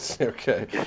Okay